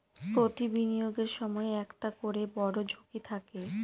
প্রতি বিনিয়োগের সময় একটা করে বড়ো ঝুঁকি থাকে